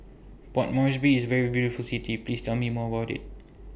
Port Moresby IS very beautiful City Please Tell Me More about IT